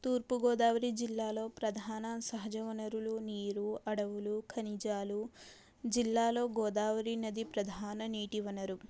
తూర్పు గోదావరి జిల్లాలో ప్రధాన సహజ వనరలు నీరు అడవులు ఖనిజాలు జిల్లాలో గోదావరి నది ప్రధాన నీటి వనరు